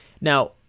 now